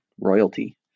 royalty